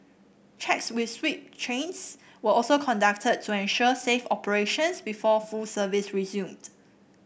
checks with sweep trains were also conducted to ensure safe operations before full service resumed